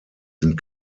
sind